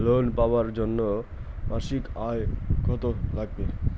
Loan পাবার জন্যে মাসিক আয় কতো লাগবে?